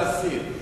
נגד, להסיר.